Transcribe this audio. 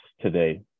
today